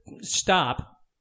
stop